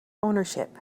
ownership